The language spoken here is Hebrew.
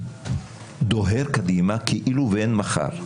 דוהר קדימה כאילו ואין מחר.